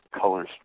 Colors